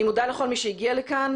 אני מודה לכל מי שהגיע לכאן.